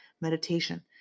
meditation